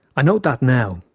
i note that now,